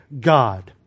God